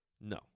No